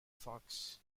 fox